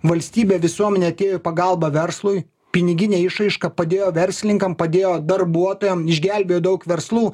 valstybė visuomenė atėjo į pagalbą verslui piniginė išraiška padėjo verslinkam padėjo darbuotojam išgelbėjo daug verslų